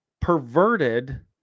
perverted